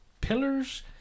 pillars